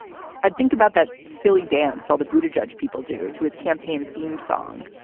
i'd think about that silly dance all the booty judge people do to his campaign theme song.